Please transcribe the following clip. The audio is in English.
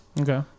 okay